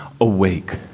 awake